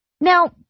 Now